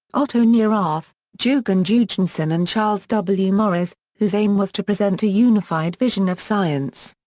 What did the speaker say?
otto neurath, joergen joergensen and charles w. morris, whose aim was to present a unified vision of science.